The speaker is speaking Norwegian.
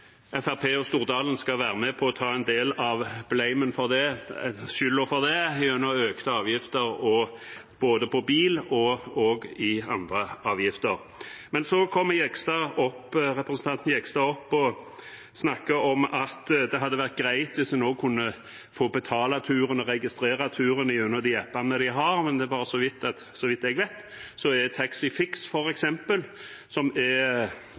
og Stordalen skal være med og ta en del av skylda for det gjennom både økte avgifter på bil og andre avgifter. Så kom representanten Jegstad opp og snakket om at det hadde vært greit hvis en også kunne få betale og registrere turen gjennom de appene vi har. Så vidt jeg vet, er Taxifix, f.eks., som er veldig utbredt, integrert med taxien, slik at det er kontroll på hva som er